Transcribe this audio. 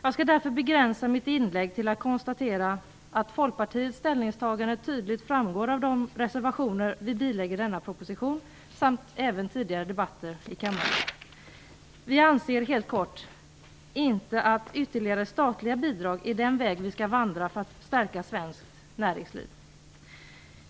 Jag skall därför begränsa mitt inlägg till att konstatera att Folkpartiets ställningstagande tydligt framgår av de reservationer vi fogat till detta betänkande samt även av tidigare debatter i kammaren. Vi anser - helt kort - inte att ytterligare statliga bidrag är den väg vi skall vandra för att stärka svenskt näringsliv.